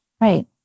Right